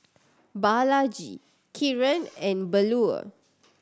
Balaji Kiran and Bellur